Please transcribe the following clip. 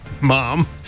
Mom